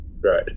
right